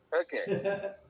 okay